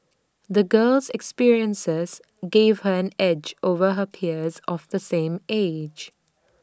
the girl's experiences gave her an edge over her peers of the same age